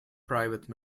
private